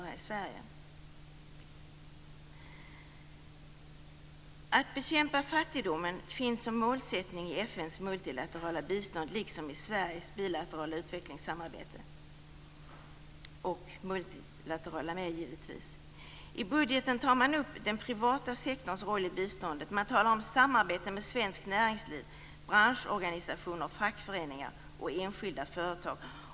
Att bekämpa fattigdomen finns som målsättning i FN:s multilaterala bistånd, liksom i Sveriges bilaterala och multilaterala utvecklingssamarbete. I budgeten tar man upp den privata sektorns roll i biståndet. Man talar om samarbete med svenskt näringsliv, branschorganisationer, fackföreningar och enskilda företag.